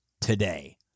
today